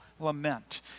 lament